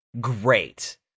great